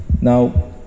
Now